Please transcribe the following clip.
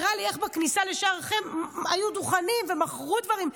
הראה לי איך בכניסה לשער שכם היו דוכנים ומכרו דברים,